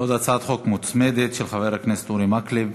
עוד הצעת חוק מוצמדת, של חבר הכנסת אורי מקלב.